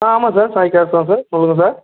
ஆ ஆமாம் sir Sai cabs தான் sir சொல்லுங்கள் சார்